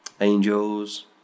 angels